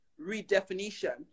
redefinition